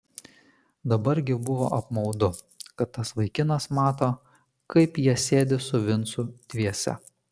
dabar gi buvo apmaudu kad tas vaikinas mato kaip jie sėdi su vincu dviese